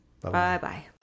Bye-bye